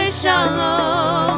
shalom